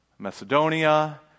Macedonia